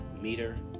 meter